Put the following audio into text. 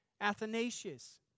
Athanasius